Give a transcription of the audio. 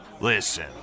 Listen